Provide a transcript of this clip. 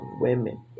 women